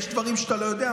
יש דברים שאתה לא יודע,